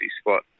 spot